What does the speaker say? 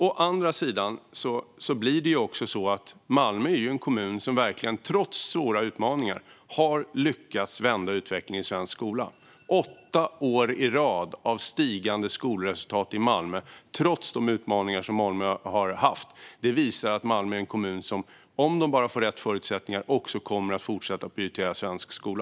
Å andra sidan är Malmö en kommun som trots svåra utmaningar verkligen har lyckats vända utvecklingen i svensk skola. Åtta år i rad av stigande skolresultat i Malmö, trots de utmaningar som Malmö har haft, visar att Malmö är en kommun som, om man bara får rätt förutsättningar, också kommer att fortsätta att prioritera svensk skola.